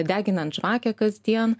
deginant žvakę kasdien